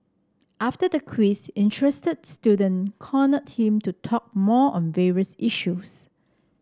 after the quiz interested student cornered him to talk more on various issues